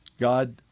God